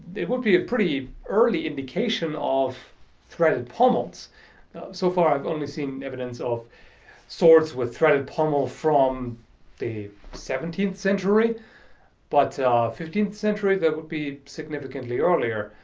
it would be a pretty early indication of threaded pommels so far i've only seen evidence of swords with threaded pommels from the seventeenth century but fifteenth century that would be significantly earlier